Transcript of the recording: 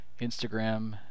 Instagram